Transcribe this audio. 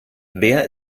wer